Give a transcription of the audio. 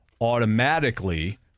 automatically